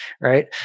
right